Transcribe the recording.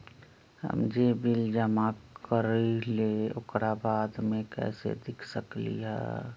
हम जे बिल जमा करईले ओकरा बाद में कैसे देख सकलि ह?